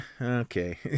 okay